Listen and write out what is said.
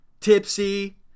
Tipsy